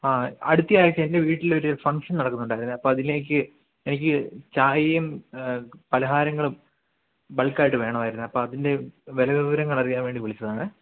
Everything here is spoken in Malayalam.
ആ അടുത്തയാഴ്ച്ച എൻ്റെ വീട്ടിലൊരു ഫംഗ്ഷൻ നടക്കുന്നുണ്ടായിരുന്നു അപ്പോൾ അതിലേക്ക് എനിക്ക് ചായയും പലഹാരങ്ങളും ബൾക്കായിട്ട് വേണമായിരുന്നു അപ്പോൾ അതിൻ്റെ വിലവിവരങ്ങൾ അറിയാൻ വേണ്ടി വിളിച്ചതാണെ